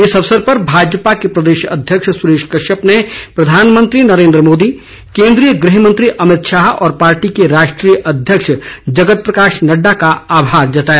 इस अवसर पर भाजपा के प्रदेश अध्यक्ष सुरेश कश्यप ने प्रधानमंत्री नरेन्द्र मोदी केन्द्रीय गृहमंत्री अभित शाह और पार्टी के राष्ट्रीय अध्यक्ष जगत प्रकाश नड़डा का आभार जताया